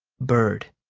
bird